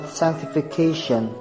sanctification